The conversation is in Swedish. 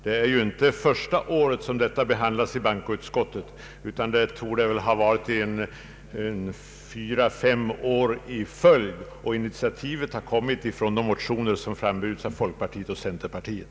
Det är inte första året som denna fråga behandlats i bankoutskottet, utan det torde ha varit fyra—fem år i följd, och initiativet har kommit i motioner som framlagts av folkpartiet och centerpartiet.